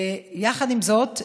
יחד עם זאת,